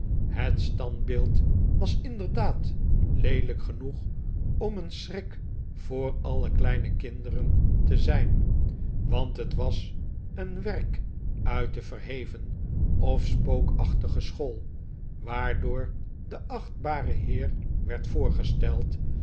het standbeeld was inderdaad leelijk genoeg om een schrik voor alle kleine kinderen te zijn want het was een werk uit de verheven of spookachtige school waardoor de achtbare heer werd voorgesteld